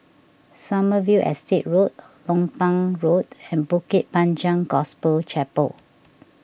Sommerville Estate Road Lompang Road and Bukit Panjang Gospel Chapel